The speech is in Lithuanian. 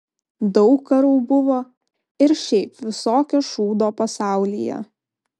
daug karų buvo ir šiaip visokio šūdo pasaulyje